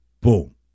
boom